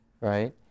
right